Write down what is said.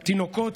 את התינוקות,